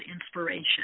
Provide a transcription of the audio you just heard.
inspiration